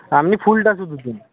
আপনি ফুলটা শুধু দিন